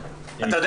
אתה יודע